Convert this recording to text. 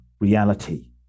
reality